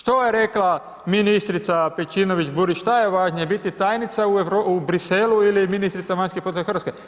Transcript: Što je rekla ministrica Pejčinović Bruić, šta je važnije, biti tajnica u Bruxellesu ili ministrica vanjskih poslova Hrvatske.